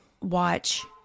watch